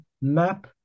map